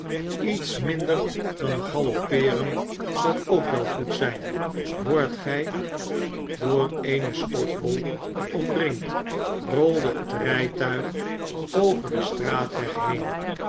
iets minder dan galoppeeren zal ook wel goed zijn hoort gij door eene stofwolk omringd rolde het rijtuig over den straatweg heen